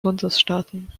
bundesstaaten